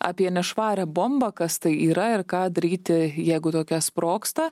apie nešvarią bombą kas tai yra ir ką daryti jeigu tokia sprogsta